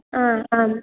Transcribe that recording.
आ आम्